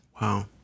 Wow